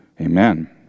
Amen